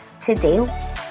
today